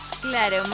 Claro